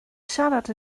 siarad